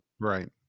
Right